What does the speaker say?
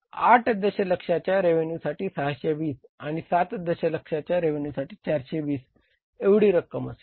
8 दशलक्षाच्या रेव्हेन्यूसाठी 620 आणि 7 दशलक्षाच्या रेव्हेन्यूसाठी 420 एवढी रक्कम असेल